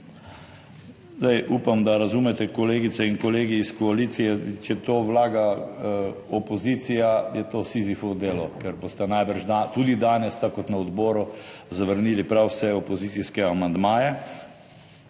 pomoč. Upam, da razumete, kolegice in kolegi iz koalicije, če to vlaga opozicija, je to Sizifovo delo, ker boste najbrž tudi danes, tako kot na odboru, zavrnili prav vse opozicijske amandmaje.